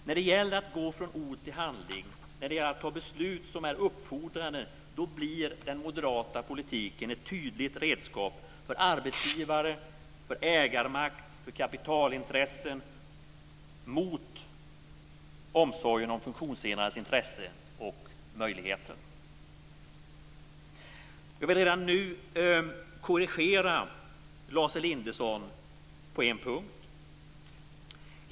När det gäller att gå från ord till handling, när det gäller att ta beslut som är uppfordrande, då blir den moderata politiken ett tydligt redskap för arbetsgivare, för ägarmakt och för kapitalintressen mot omsorgen om de funktionshindrades intressen och möjligheter. Jag vill gärna korrigera Lars Elinderson på en punkt.